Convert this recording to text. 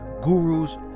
gurus